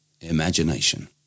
imagination